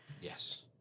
Yes